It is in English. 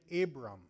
Abram